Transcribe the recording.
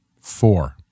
Four